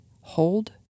hold